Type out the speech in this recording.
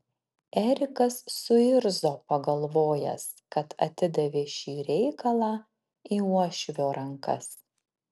erikas suirzo pagalvojęs kad atidavė šį reikalą į uošvio rankas